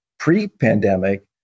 Pre-pandemic